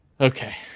Okay